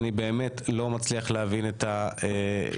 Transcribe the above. אני באמת לא מצליח להבין את ההתנגדות.